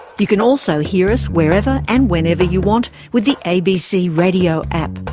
you can also hear us wherever and whenever you want with the abc radio app,